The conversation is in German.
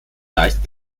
leicht